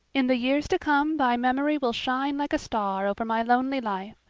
in the years to come thy memory will shine like a star over my lonely life,